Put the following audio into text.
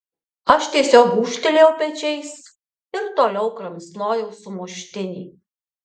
aš tiesiog gūžtelėjau pečiais ir toliau kramsnojau sumuštinį